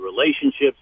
relationships